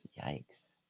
Yikes